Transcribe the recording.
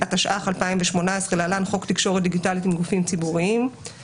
התשע"ח-2018 (להלן חוק תקשורת דיגיטלית עם גופים ציבוריים)".